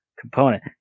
component